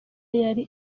yari